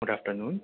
good after noon